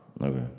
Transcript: Okay